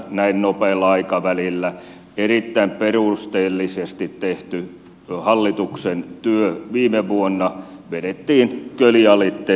näin nopealla aikavälillä erittäin perusteellisesti tehty hallituksen työ viime vuonna vedettiin kölin alitte seuraavana vuonna